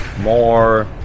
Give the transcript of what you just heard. more